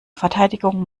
verteidigung